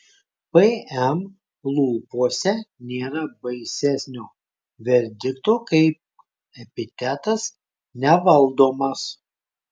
pm lūpose nėra baisesnio verdikto kaip epitetas nevaldomas